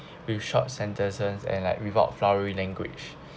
with short sentences and like without flowery language